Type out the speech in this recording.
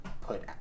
put